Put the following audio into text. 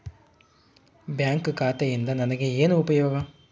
Bank ಖಾತೆಯಿಂದ ನನಗೆ ಏನು ಉಪಯೋಗ?